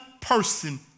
person